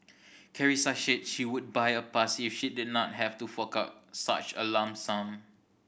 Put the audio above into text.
Carissa said she would buy a pass if she did not have to fork out such a lump sum